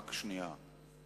רק שנייה.